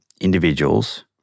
individuals